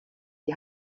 die